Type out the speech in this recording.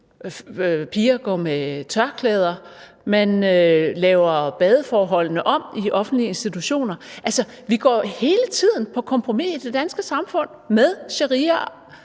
piger går med tørklæde, man laver badeforholdene om i de offentlige institutioner. Altså, vi går hele tiden på kompromis med sharia